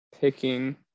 picking